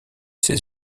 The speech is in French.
ses